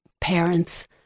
parents